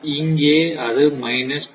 இங்கே அது மைனஸ் 0